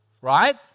Right